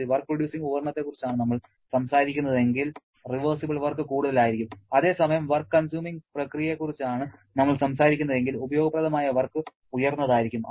ഒരു work producing ഉപകരണത്തെക്കുറിച്ചാണ് നമ്മൾ സംസാരിക്കുന്നതെങ്കിൽ റിവേർസിബിൾ വർക്ക് കൂടുതലായിരിക്കും അതേസമയം വർക്ക് കൺസ്യൂമിങ് പ്രക്രിയയെക്കുറിച്ചാണ് നമ്മൾ സംസാരിക്കുന്നതെങ്കിൽ ഉപയോഗപ്രദമായ വർക്ക് ഉയർന്നതായിരിക്കും